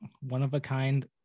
one-of-a-kind